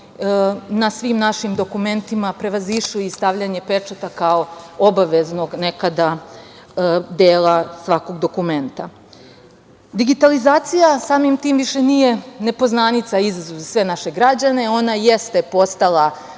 na svim našim dokumentima prevazišli i stavljanje pečata kao obaveznog nekada dela svakog dokumenta. Digitalizacija samim tim više nije nepoznanica i izazov za sve naše građane. Ona jeste postala